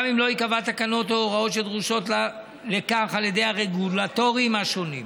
גם אם לא ייקבעו תקנות או הוראות שדרושות לכך על ידי הרגולטורים השונים.